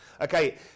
Okay